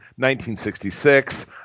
1966